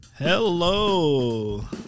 Hello